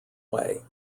way